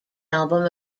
album